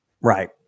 Right